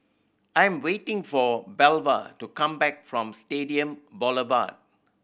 I am waiting for Belva to come back from Stadium Boulevard